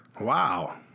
Wow